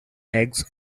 eggs